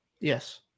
Yes